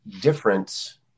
difference